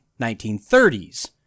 1930s